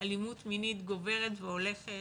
אלימות מינית גוברת והולכת,